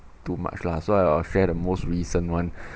too much lah so I will share the most recent one